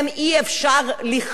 דברים אלמנטריים.